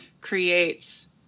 creates